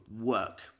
work